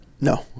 No